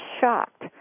shocked